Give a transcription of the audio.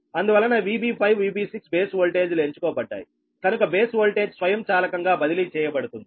అందువలన VB5VB6 base voltage లు ఎంచుకో బడ్డాయికనుక బేస్ వోల్టేజ్ స్వయంచాలకంగా బదిలీ చేయబడుతుంది